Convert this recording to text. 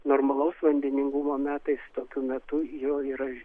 normalaus vandeningumo metais tokiu metu jo yra